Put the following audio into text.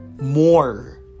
more